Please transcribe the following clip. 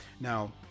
now